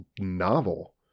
novel